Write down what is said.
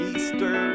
Easter